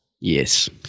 yes